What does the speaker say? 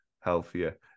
healthier